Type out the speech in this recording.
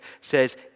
says